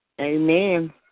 Amen